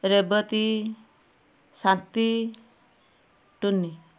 Rebati Shanti Tuni